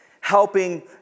helping